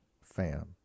Fam